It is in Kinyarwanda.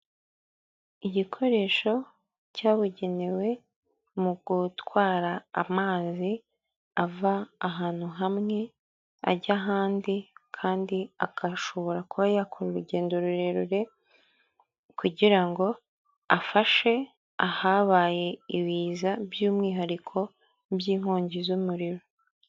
Igikoresho cyabugenewe mu gutwara amazi ava ahantu hamwe ajya ahandi kandi akashobora kuba yakora urugendo rurerure kugira ngo afashe ahabaye ibiza by'umwihariko by'inkongi z'umuriro.